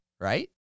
Right